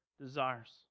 desires